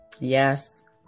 Yes